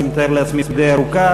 אני מתאר לעצמי הדי-ארוכה.